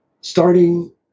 starting